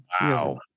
Wow